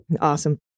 Awesome